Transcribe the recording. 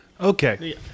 Okay